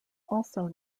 also